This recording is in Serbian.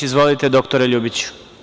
Izvolite, dr Ljubiću.